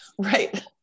right